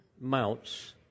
mounts